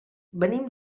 venim